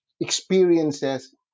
experiences